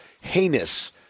heinous